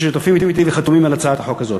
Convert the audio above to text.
ששותפים אתי וחתומים על הצעת החוק הזאת.